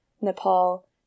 Nepal